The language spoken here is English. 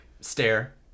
stare